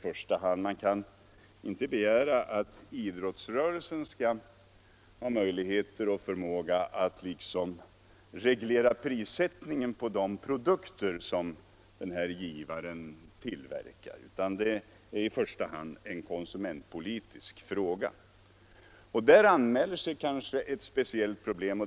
Man kan inte begära att idrottsrörelsen skall ha möjlighet och förmåga att reglera prissättningen på de produkter som givaren tillverkar. Där anmäler sig kanske ett speciellt problem.